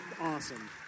awesome